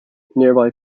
nearby